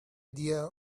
idea